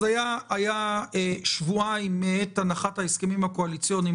היו שבועיים מעת הנחת ההסכמים הקואליציוניים